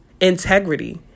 integrity